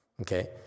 Okay